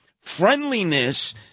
friendliness